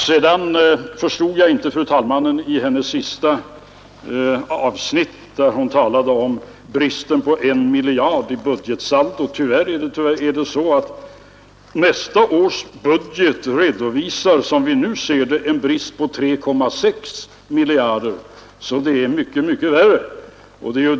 Jag förstod inte det sista avsnittet i fru talmannens anförande, där hon talade om bristen på 1 miljard kronor i budgetsaldot. Tyvärr redovisar nästa års budget, som vi nu ser det, en brist på 3,6 miljarder kronor, så det är alltså mycket värre.